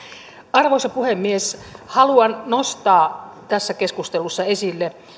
arvoisa puhemies haluan nostaa tässä keskustelussa esille